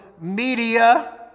media